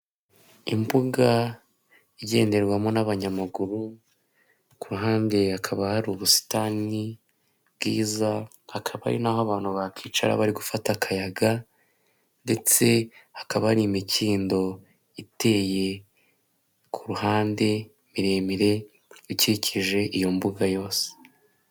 Imbuga igenderwamo n'abanyamaguru ku hande hakaba hari ubusitani bwiza, hakaba ari naho abantu bakicara bari gufata akayaga, ndetse hakaba ari imikindo iteye ku ruhande miremire ikikije iyo mbuga yose.